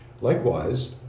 likewise